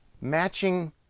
matching